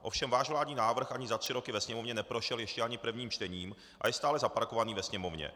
Ovšem váš vládní návrh ani za tři roky ve Sněmovně neprošel ještě ani prvním čtením a je stále zaparkovaný ve Sněmovně.